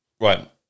Right